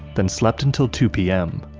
then slept until two p m.